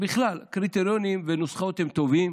בכלל, קריטריונים ונוסחאות הם טובים,